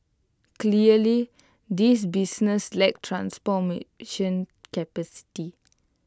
clearly these businesses lack transformation capacity